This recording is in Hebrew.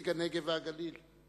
נציגי הנגב והגליל.